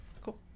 Cool